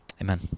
Amen